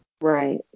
Right